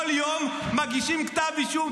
כל יום מגישים כתב אישום,